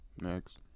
Next